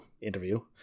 interview